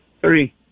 Three